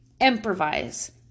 Improvise